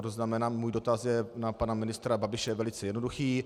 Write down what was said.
To znamená, můj dotaz na pana ministra Babiše je velice jednoduchý.